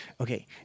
Okay